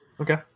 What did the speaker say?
Okay